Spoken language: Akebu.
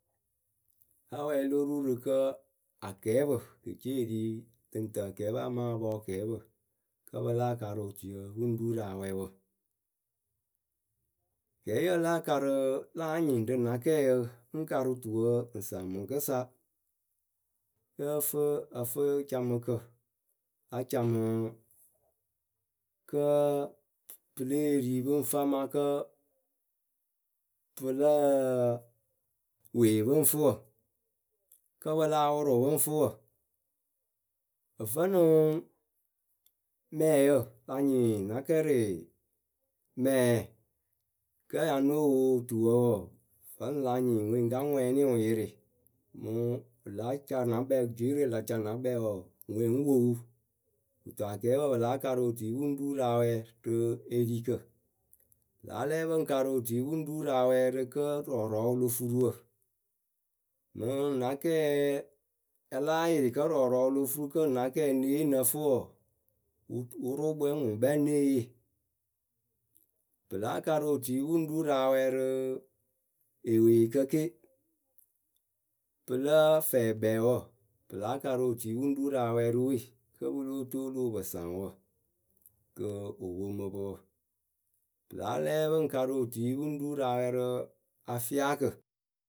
La wɛɛlɩ lo ru rɨ kǝ́ akɛɛpǝ, wɨ ke cee ri tɨŋtǝǝkɛɛpǝ amaa pɔɔkɛɛpǝ. kǝ́ pɨ láa karɨ otuyǝ pɨ ŋ ru rɨ awɛ wǝ Kɛɛyǝ láa karɨɨ láa nyɩŋ rɨ na kɛɛyǝ ŋ karɨ tuwǝ ŋ saŋ mɨŋkɨsa Yǝ́ǝ fɨ ǝfɨcamɨkǝ la camɨɨ kǝ́ pɨ lée ri pɨ ŋ fɨ amaa kǝ́. pɨ lǝǝǝ wee pɨ ŋ fɨ wǝ Kǝ́ wɨ láa wʊrʊ wɨ ŋ fɨ wǝ Vǝ́nɨŋ mɛɛyǝ la nyɩŋ na kɛrɩ mɛɛ. kǝ́ ŋ ya nóo wo tuwǝ wɔɔ vǝ́ la nyɩŋ ŋwee ŋ ka ŋwɛɛnɩ wʊ ŋ yɩrɩ. mɨŋ wɨ láa ca na kpɛɛ jwɩɩrǝ we la ca na kpɛɛwɔɔ, ŋwee ŋ wo wɨ Kɨto akɛɛpǝ pɨ láa karɨ otui pɨ ŋ ru rɨ awɛ rɨ erikǝ pɨ láa lɛ pɨ ŋ karɨ otuyǝ pɨ ŋ ru rɨ awɛ rɨ kǝ́ rɔɔrɔɔwǝ wɨ lo furu wǝ Mɨŋ na kɛɛ ya láa yɩrɩ kǝ́ rɔɔrɔɔwǝ wɨ lo furu kǝ́ na kɛɛ ŋ ne yee ŋ nǝ fɨ wɔɔ, wɨ wɨrʊʊkpǝ we wǝ́ ŋwɨ ŋkpɛ ŋ née yee. Pɨ láa karɨ otui pɨ ŋ ru rɨawɛɛ rɨ eweekǝ ke Pɨla fɛɛkpɛɛwǝ pɨ láa karɨ otui pɨ ŋ ru rɨ awɛ rɨ we kǝ́ pɨ lóo toolu wɨ pɨ saŋ wǝ kɨ wɨ poŋ mɨ pɨ wǝ. Pɨ láa lɛ pɨ ŋ karǝ otui pɨ ŋ ru rɨ awɛ rɨ afɩakǝ.